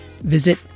visit